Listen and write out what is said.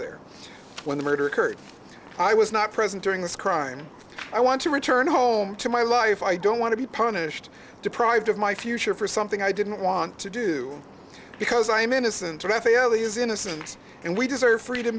there when the murder occurred i was not present during this crime i want to return home to my life i don't want to be punished deprived of my future for something i didn't want to do because i am innocent i feel he is innocent and we deserve freedom